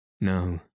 no